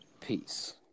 Peace